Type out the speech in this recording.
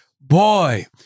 Boy